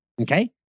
okay